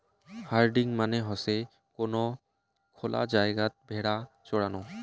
herding মানে হসে কোন খোলা জায়গাত ভেড়া চরানো